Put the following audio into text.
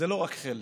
זה לא רק חלם,